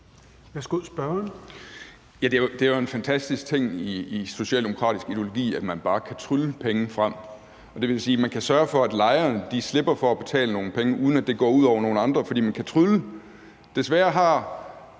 Birk Olesen (LA): Det er jo en fantastisk ting i socialdemokratisk ideologi, at man bare kan trylle penge frem. Det vil sige, at man kan sørge for, at lejerne slipper for at betale nogle penge, uden at det går ud over nogen andre, fordi man kan trylle.